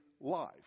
life